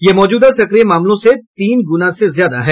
यह मौजूदा सक्रिय मामलों से तीन गुना से ज्यादा है